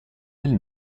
del